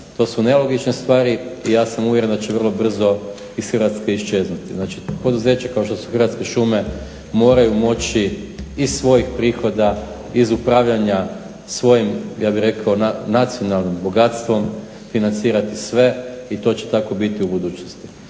To su nelogične stvari i ja sam uvjeren da će vrlo brzo ih Hrvatske iščeznuti. Znači, poduzeća kao što su Hrvatske šume moraju moći iz svojih prihoda iz upravljanja svojim ja bih rekao nacionalnim bogatstvom financirati sve i to će tako biti u budućnosti.